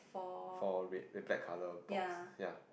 four red the black colour box ya